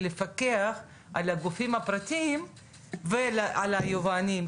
לפקח על הגופים הפרטיים ועל היבואנים.